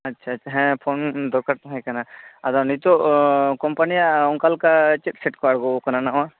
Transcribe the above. ᱟᱪᱪᱷᱟ ᱟᱪᱷᱟ ᱦᱮᱸ ᱯᱷᱳᱱ ᱫᱚᱨᱠᱟᱨ ᱛᱟᱦᱮᱸ ᱠᱟᱱᱟ ᱟᱫᱚ ᱱᱤᱛᱚᱜ ᱠᱚᱢᱯᱟᱱᱤᱭᱟᱜ ᱚᱱᱠᱟᱞᱮᱠᱟ ᱪᱮᱫ ᱥᱮᱴ ᱠᱚ ᱟᱬᱜᱚᱣᱟᱠᱟᱱᱟ ᱱᱟᱣᱟ